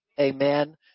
Amen